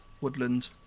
woodland